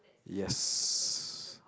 yes